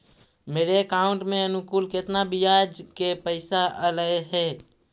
मेरे अकाउंट में अनुकुल केतना बियाज के पैसा अलैयहे?